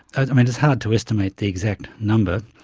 ah and it's hard to estimate the exact number.